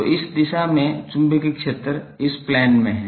तो इस दिशा में चुंबकीय क्षेत्र इस प्लेन में है